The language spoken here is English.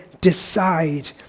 decide